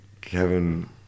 Kevin